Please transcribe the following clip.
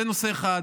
זה נושא אחד.